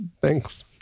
Thanks